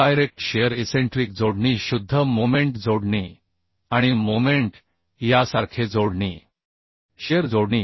direct shear eccentric जोडणी शुद्ध moment जोडणी आणि मोमेंट यासारखे जोडणी शिअर जोडणी